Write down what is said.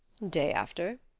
day after?